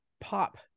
pop